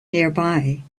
nearby